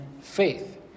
faith